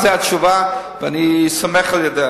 זו התשובה, ואני סומך על זה.